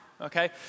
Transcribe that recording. okay